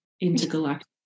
intergalactic